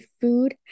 food